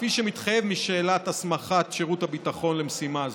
כפי שמתחייב משאלת הסמכת שירות הביטחון למשימה זו.